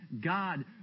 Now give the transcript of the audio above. God